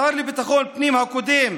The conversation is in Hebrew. השר לביטחון הפנים הקודם